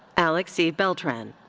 alex c. beltran.